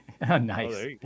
nice